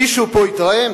מישהו פה התרעם?